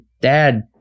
dad